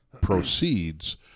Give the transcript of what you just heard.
proceeds